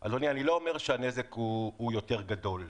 אדוני, אני לא אומר שהנזק הוא יותר גדול.